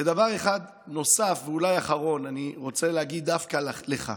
דבר אחד נוסף ואולי אחרון אני רוצה להגיד דווקא לך: